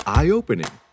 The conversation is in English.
Eye-opening